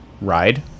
ride